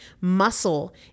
Muscle